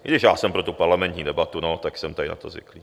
I když já jsem pro tu parlamentní debatu, no, tak jsem tady na to zvyklý.